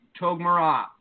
Togmara